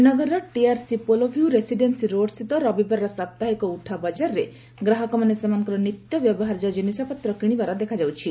ଶ୍ରୀନଗରର TRC Polo View residency ରୋଡ୍ସ୍ଥିତ ରବିବାରର ସାପ୍ତାହିକ ଉଠା ବଜାରରେ ଗ୍ରାହକମାନେ ସେମାନଙ୍କର ନିତ୍ୟବ୍ୟବହାର୍ଯ୍ୟ ଜିନିଷପତ୍ର କିଣିବାର ଦେଖାଯାଇଥିଲା